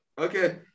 Okay